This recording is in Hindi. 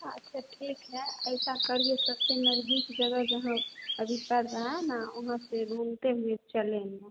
अच्छा ठीक है ऐसा करिए सबसे नजदीक जगह जहाँ अभी पड़ रहा है ना वहाँ से घूमते हुए चलेंगे